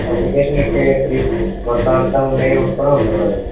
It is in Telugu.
కమ్యూనికేషన్ త్రీ మొత్తం అంతా ఉండేవి కూడా ఉన్నాయి మా దగ్గిర